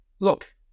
Look